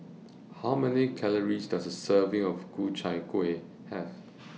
How Many Calories Does A Serving of Ku Chai Kueh Have